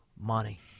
money